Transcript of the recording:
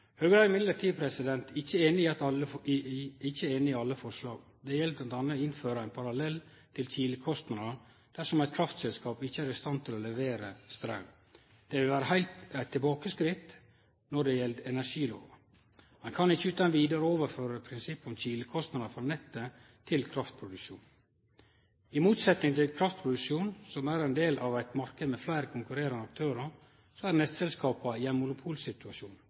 Høgre er likevel ikkje einig i alle forslaga. Det gjeld bl.a. å innføre ein parallell til KILE-kostnader dersom eit kraftselskap ikkje er i stand til å levere straum. Det vil vere eit tilbakeskritt når det gjeld energilova. Ein kan ikkje utan vidare overføre prinsippet om KILE-kostnader frå nettet til kraftproduksjon. I motsetning til kraftproduksjonen, som er ein del av ein marknad med fleire konkurrerande aktørar, er nettselskapa